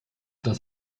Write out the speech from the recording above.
das